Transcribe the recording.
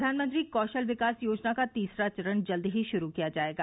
प्रधानमंत्री कौशल विकास योजना का तीसरा चरण जल्द ही शुरू किया जायेगा